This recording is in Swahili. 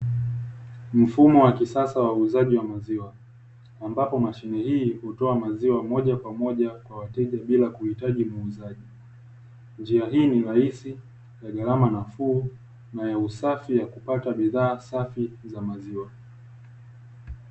Mfumo wa kisasa wa uuzaji wa maziwa, ambapo mashine hii hutoa maziwa moja kwa moja kwa wateja bila kuhitaji muuzaji. Njia hii ni rahisi ya gharama nafuu na ya usafi ya kupata bidhaa safi za maziwa.